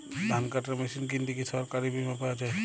ধান কাটার মেশিন কিনতে কি সরকারী বিমা পাওয়া যায়?